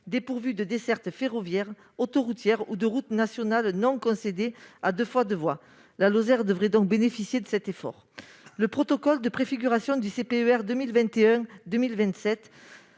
dépourvu de desserte ferroviaire, autoroutière ou de route nationale non concédée à 2x2 voies ». La Lozère devrait donc bénéficier de cet effort. Le protocole de préfiguration du CPER 2021-2027